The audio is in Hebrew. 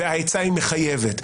והעצה מחייבת,